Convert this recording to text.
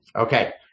Okay